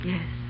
Yes